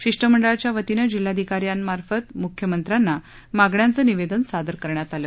शिष्टमंडळाच्यावतीने जिल्हाधिकारी यांच्यामार्फत म्ख्यमंत्री यांना मागण्यांचे निवेदन सादर करण्यात आले